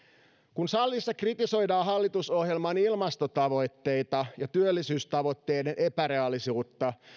kun salissa kritisoidaan hallitusohjelman ilmastotavoitteita ja työllisyystavoitteiden epärealistisuutta